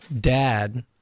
dad